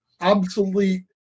obsolete